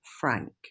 Frank